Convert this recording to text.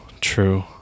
true